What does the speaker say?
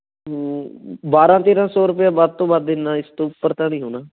ਬਾਰ੍ਹਾਂ ਤੇਰ੍ਹਾਂ ਸੌ ਰੁਪਇਆ ਵੱਧ ਤੋਂ ਵੱਧ ਇੰਨਾਂ ਇਸ ਤੋਂ ਉੱਪਰ ਤਾਂ ਨਹੀਂ ਹੋਣਾ